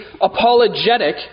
apologetic